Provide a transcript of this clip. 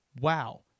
wow